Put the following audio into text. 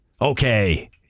Okay